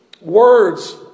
words